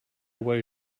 way